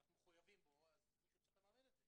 ואנחנו מחויבים בו, אז מישהו צריך לממן את זה,